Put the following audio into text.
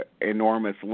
enormous